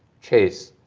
chase,